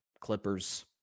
Clippers